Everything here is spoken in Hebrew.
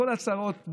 מכל ההצהרות,